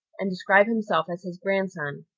and describe himself as his grandson.